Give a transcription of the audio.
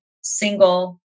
single